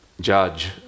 judge